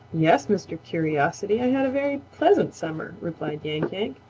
yes, mr. curiosity, i had a very pleasant summer, replied yank-yank.